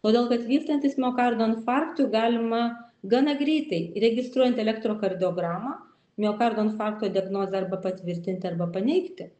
todėl kad vystantis miokardo infarktui galima gana greitai registruojant elektrokardiogramą miokardo infarkto diagnozę arba patvirtinti arba paneigti